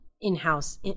in-house